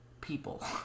people